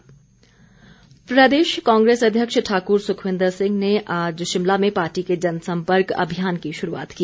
कांग्रेस प्रदेश कांग्रेस अध्यक्ष ठाकुर सुखविन्दर सिंह ने आज शिमला में पार्टी के जन संपर्क अभियान की शुरूआत की